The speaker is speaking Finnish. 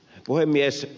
puhemies